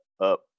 up